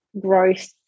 growth